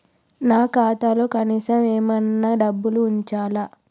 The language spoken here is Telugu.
నా ఖాతాలో కనీసం ఏమన్నా డబ్బులు ఉంచాలా?